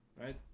right